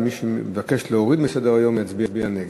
ומי שמבקש להוריד מסדר-היום יצביע נגד.